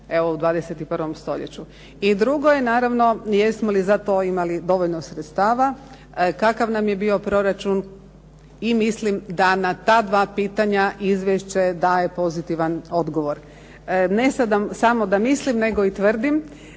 evo u 21. stoljeću. I drugo je naravno jesmo li za to imali dovoljno sredstava. Kakav nam je bio proračun. I mislim da na ta dva pitanja izvješće daje pozitivan odgovor. Ne samo da mislim nego i tvrdim